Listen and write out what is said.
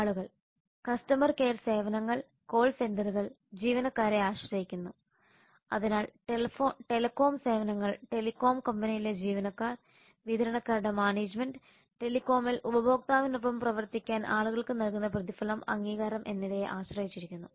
ആളുകൾ customer care സേവനങ്ങൾ call സെന്ററുകൾ ജീവനക്കാരെ ആശ്രയിക്കുന്നു അതിനാൽ ടെലികോം സേവനങ്ങൾ ടെലികോം കമ്പനിയിലെ ജീവനക്കാർ വിതരണക്കാരുടെ മാനേജ്മെന്റ് ടെലികോമിൽ ഉപഭോക്താവിനൊപ്പം പ്രവർത്തിക്കാൻ ആളുകൾക്ക് നൽകുന്ന പ്രതിഫലം അംഗീകാരം എന്നിവയെ ആശ്രയിച്ചിരിക്കുന്നു